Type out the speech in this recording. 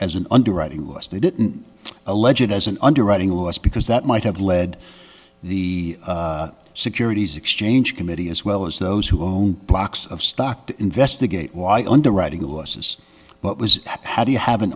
as an underwriting was they didn't a legit as an underwriting loss because that might have led the securities exchange committee as well as those who own blocks of stock to investigate why underwriting losses but was how do you have an